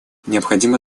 необходимо